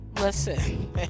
Listen